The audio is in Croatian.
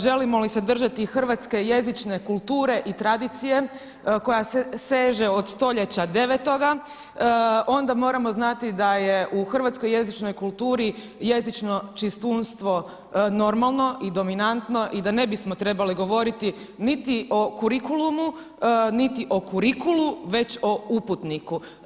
Želimo li se držati hrvatske jezičke kulture i tradicije koja seže od stoljeća 9. onda moramo znati da je u Hrvatskoj jezičnoj kulturi jezično čistunstvo normalno i dominantno i da ne bismo trebali govoriti niti o kurikulumu niti o kurikulu već o uputniku.